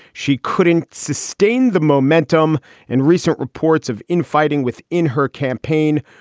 she couldn't sustain the momentum in recent reports of infighting within her campaign.